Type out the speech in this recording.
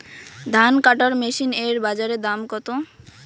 ধান কাটার মেশিন এর বাজারে দাম কতো?